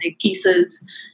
pieces